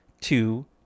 two